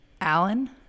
Alan